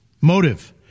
Motive